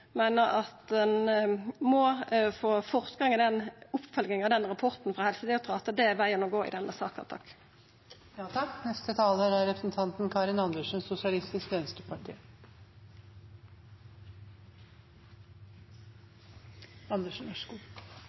meiner at ein må få fortgang i oppfølginga av rapporten frå Helsedirektoratet – det er vegen å gå i denne saka. Jeg har ikke sagt at det er